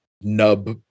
nub